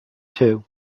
two